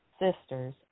sisters